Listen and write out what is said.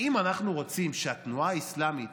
האם אנחנו רוצים שהתנועה האסלאמית